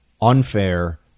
unfair